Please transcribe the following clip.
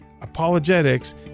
Apologetics